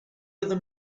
other